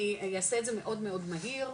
אני יעשה את זה מאוד מאוד מהיר,